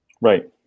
right